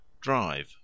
Drive